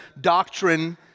doctrine